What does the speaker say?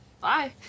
Bye